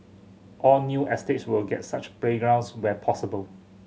all new estates will get such playgrounds where possible